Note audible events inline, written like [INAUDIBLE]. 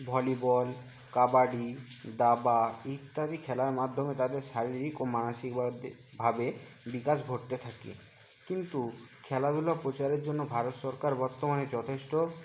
volleyball kabaddi দাবা ইত্যাদি খেলার মাধ্যমে তাদের শারীরিক ও মানসিক [UNINTELLIGIBLE] ভাবে বিকাশ ঘটতে থাকে কিন্তু খেলাধুলা প্রচারের জন্য ভারত সরকার বর্তমানে যথেষ্ট